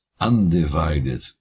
undivided